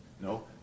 No